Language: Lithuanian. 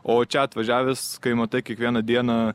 o čia atvažiavęs kai matai kiekvieną dieną